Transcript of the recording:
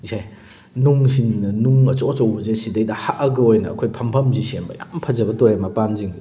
ꯏꯁꯦ ꯅꯨꯡꯁꯤꯡꯅ ꯅꯨꯡ ꯑꯆꯧ ꯑꯆꯧꯕꯁꯦ ꯁꯤꯗꯩꯗ ꯍꯛꯑꯒ ꯑꯣꯏꯅ ꯑꯩꯈꯣꯏ ꯐꯝꯐꯝꯁꯤ ꯁꯦꯝꯕ ꯌꯥꯝ ꯐꯖꯕ ꯇꯨꯔꯦꯟ ꯃꯄꯥꯟꯁꯤꯡꯁꯦ